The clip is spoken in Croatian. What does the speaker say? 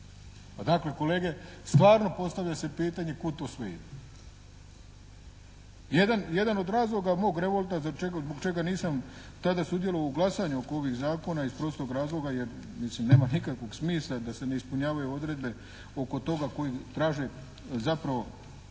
Dakle kolege, stvarno postavlja se pitanje kud to sve ide. Jedan od razloga mog revolta zbog čega nisam tada sudjelovao u glasanju oko ovih zakona iz prostog razloga jer mislim nema nikakvog smisla da se ne ispunjavaju odredbe oko toga koji traže zapravo